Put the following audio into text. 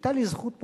היתה לי זכות פה,